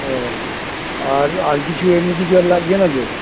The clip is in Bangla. ও আর আর কিছু এমনি কিছু আর লাগছে না তো